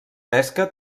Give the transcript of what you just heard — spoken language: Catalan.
pesca